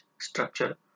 structure